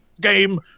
game